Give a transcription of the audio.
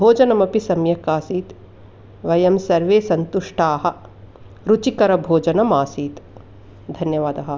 भोजनमपि सम्यक् आसीत् वयं सर्वे सन्तुष्टाः रुचिकरभोजनम् आसीत् धन्यवादः